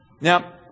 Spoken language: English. Now